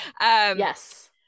Yes